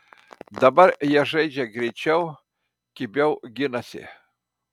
dabar jie žaidžia greičiau kibiau ginasi